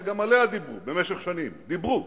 שגם עליה דיברו במשך שנים דיברו,